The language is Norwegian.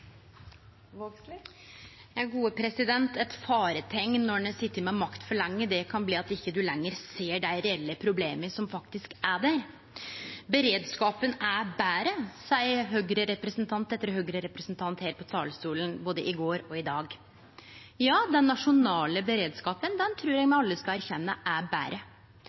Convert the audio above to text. Eit fareteikn når ein har sete med makt for lenge, kan vere at ein ikkje lenger ser dei reelle problema som faktisk er der. Beredskapen er betre, seier Høgre-representant etter Høgre-representant her på talarstolen, både i går og i dag. Ja, den nasjonale beredskapen trur eg me alle skal erkjenne er betre.